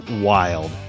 wild